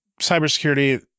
cybersecurity